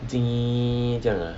这样子